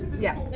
yeah,